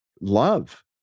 love